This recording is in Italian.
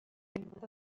animata